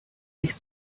mich